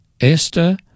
Esther